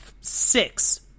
six